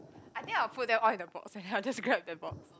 I think I would put that all in a box and then I'd just grab that box